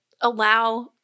allow